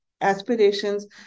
aspirations